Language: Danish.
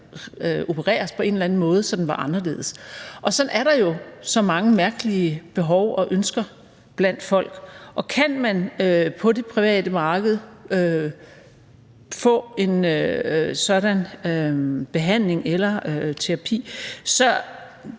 opereres på en eller anden måde, så den var anderledes. Sådan er der jo så mange mærkelige behov og ønsker blandt folk, og kan man på det private marked få en sådan behandling eller terapi, så